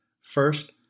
First